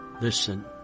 Listen